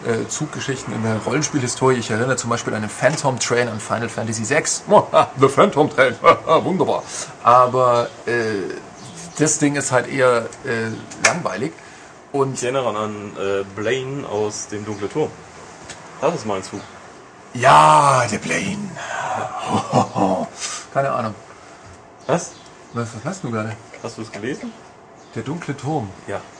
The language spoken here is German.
Äh, Zuggeschichten in der Rollenspielhistorie. Ich erinnere zum Beispiel an den Phantom Train und Final Fantasy VI. The Phantom Train. Wunderbar. Aber, äh, das Ding ist halt eher, äh, langweilig. Und- Ich erinnere an, äh, Blaine aus dem Dunkle Turm. Das ist mein Zug. Ja, der Blaine. Keine Ahnung. Was? Was- was machst du gerade? Hast du es gelesen? Der Dunkle Turm. Ja.